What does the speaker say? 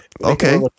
Okay